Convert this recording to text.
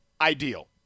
ideal